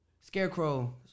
Scarecrow